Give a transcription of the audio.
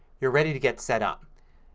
you're ready to get setup.